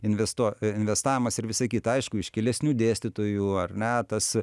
investuo investavimas ir visa kita aišku iškilesnių dėstytojų ar ne tas